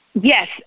Yes